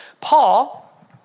Paul